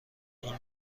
اون